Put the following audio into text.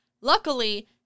Luckily